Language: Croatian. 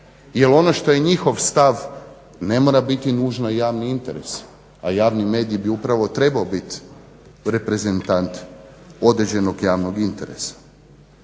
jel ono što je njihov stav ne mora biti nužno i javni interes, a javni medij bi upravo trebao biti reprezentant određenog javnog interesa.